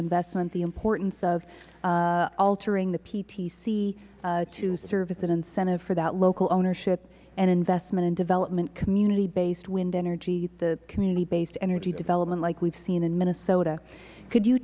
investment the importance of altering the ptc to serve as an incentive for that local ownership and investment and development community based wind energy the community based energy development like we've seen in minnesota could you